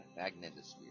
magnetosphere